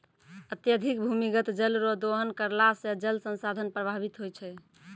अत्यधिक भूमिगत जल रो दोहन करला से जल संसाधन प्रभावित होय छै